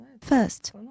First